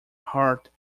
heart